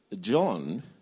John